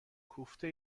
کوفته